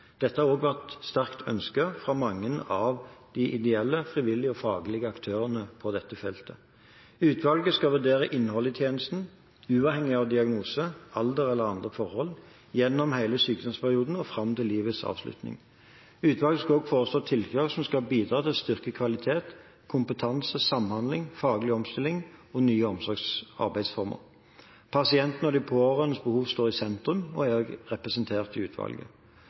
Dette har også vært sterkt ønsket fra mange av de ideelle, frivillige og faglige aktørene på dette feltet. Utvalget skal vurdere innholdet i tjenesten uavhengig av diagnose, alder eller andre forhold gjennom hele sykdomsperioden og fram til livets avslutning. Utvalget skal også foreslå tiltak som skal bidra til å styrke kvalitet, kompetanse, samhandling, faglig omstilling og nye omsorgsarbeidsformer. Pasientene og de pårørendes behov står i sentrum, og de er representert i utvalget.